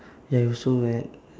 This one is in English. ya he was so mad